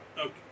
Okay